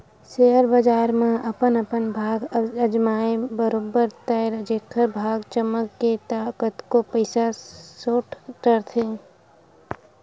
share बजार म अपन अपन भाग अजमाय बरोबर ताय जेखर भाग चमक गे ता कतको पइसा सोट डरथे